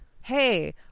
hey